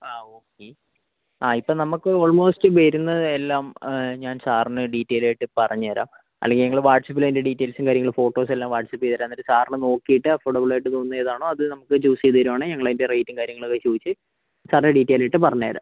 ആ ഓക്കെ ആ ഇപ്പോൾ നമ്മൾക്ക് ഓൾമോസ്റ്റ് വരുന്നത് എല്ലാം ഞാൻ സാറിന് ഡീറ്റെയിലായിട്ട് പറഞ്ഞുതരാം അല്ലെങ്കിൽ ഞങ്ങൾ വാട്ട്സ്ആപ്പിൽ അതിന്റെ ഡീറ്റെയിൽസും കാര്യങ്ങളും ഫോട്ടോസ് എല്ലാം വാട്ട്സ്ആപ്പ് ചെയ്തുതരാം എന്നിട്ട് സാർ ഒന്ന് നോക്കിയിട്ട് അഫോഡബിൾ ആയിട്ടു തോന്നുന്നത് ഏതാണോ അത് നമുക്ക് ചൂസ് ചെയ്ത് തരികയാണെങ്കിൽ ഞങ്ങൾ അതിന്റെ റേറ്റും കാര്യങ്ങൾ ഒക്കെ ചോദിച്ച് സാറിന് ഡീറ്റെയിൽ ആയിട്ട് പറഞ്ഞുതരാം